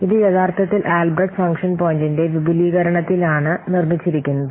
ഇത് യഥാർത്ഥത്തിൽ Albrecht function പോയിന്റിന്റെ വിപുലീകരണത്തിലാണ് നിർമ്മിച്ചിരിക്കുന്നത്